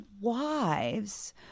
wives